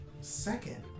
second